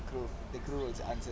the crew will answer